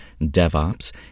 DevOps